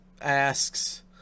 asks